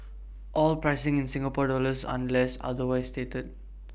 all pricing in Singapore dollars unless otherwise stated